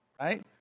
right